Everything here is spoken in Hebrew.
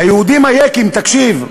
"היהודים היקים" תקשיב,